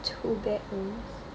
two bedrooms